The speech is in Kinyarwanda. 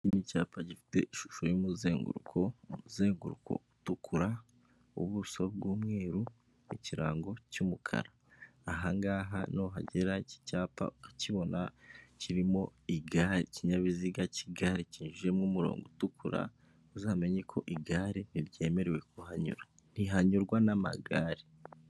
Iki ni icyapa gifite ishusho y'umuzenguruko uzenguruko utukura, ubuso bw'umweru, ikirango cy'umukara, ahangaha nuhagera iki cyapa ukakibona kirimo igare, ikinyabiziga kinbyujijemo umurongo utukura uzamenye ko igare ntibyemerewe kuhanyura ntihanyurwa n'amagare.